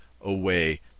away